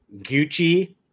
Gucci